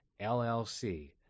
LLC